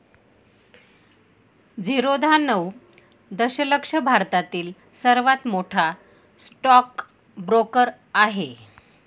झिरोधा नऊ दशलक्ष भारतातील सर्वात मोठा स्टॉक ब्रोकर आहे